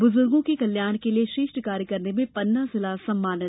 बुजुर्गों के कल्याण के लिये श्रेष्ठ कार्य करने में पन्ना जिला सम्मानित